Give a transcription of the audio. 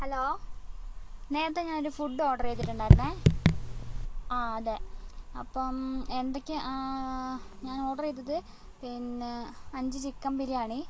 hello നേരത്തെ ഞാനൊരു food order ചെയ്തിട്ടുണ്ടായിരുന്നേ ആ അതെ അപ്പം എന്തൊക്കെ ഞാൻ ഓർഡർ ചെയ്തത് പിന്നെ അഞ്ച് ചിക്കൻ ബിരിയാണി